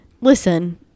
listen